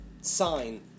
sign